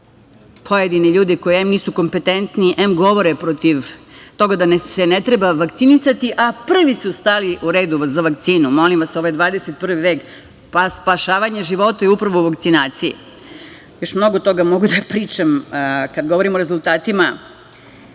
pojedine ljude koji em nisu kompetentni, em govore protiv toga da se ne treba vakcinisati, a prvi su stali u red za vakcinu. Molim vas, ovo je 21. vek. Spasavanje života je upravo u vakcinaciji. Još mnogo toga mogu da pričam kada govorim o rezultatima